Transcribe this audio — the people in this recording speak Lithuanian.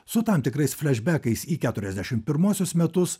su tam tikrais flešbekais į keturiasdešimt pirmuosius metus